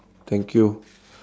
thank you